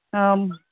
ꯎꯝ